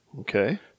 Okay